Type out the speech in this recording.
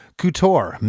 couture